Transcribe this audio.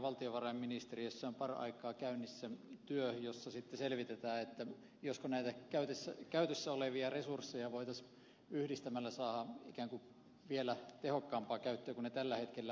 valtiovarainministeriössä on paraikaa käynnissä työ jossa sitten selvitetään voitaisiinko näitä käytössä olevia resursseja yhdistämällä saada ikään kuin vielä tehokkaampaan käyttöön kuin ne tällä hetkellä ovat